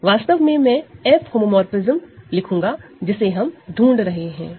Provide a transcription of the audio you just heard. वास्तव में मैं F आइसोमोरफ़िज्म लिखूंगा जिसे हम ढूंढ रहे हैं